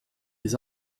les